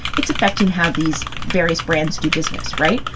it's affecting how these various brands do business, right?